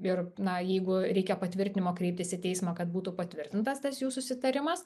ir na jeigu reikia patvirtinimo kreiptis į teismą kad būtų patvirtintas tas jų susitarimas